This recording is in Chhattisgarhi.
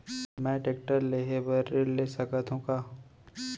मैं टेकटर लेहे बर ऋण ले सकत हो का?